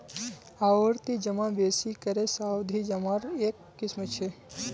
आवर्ती जमा बेसि करे सावधि जमार एक किस्म छ